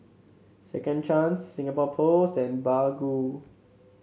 Second Chance Singapore Post and Baggu